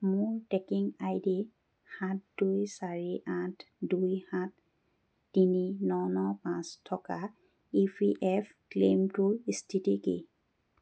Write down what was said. মোৰ tracking I D সাত দুই চাৰি আঠ দুই সাত তিনি ন ন পাঁচ থকা ই পি এফ অ' ক্লেইমটোৰ স্থিতি কি